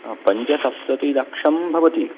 हा पञ्चसप्ततिलक्षं भवति